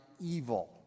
evil